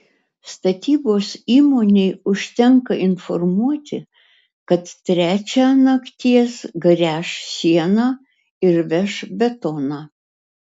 statybos įmonei užtenka informuoti kad trečią nakties gręš sieną ir veš betoną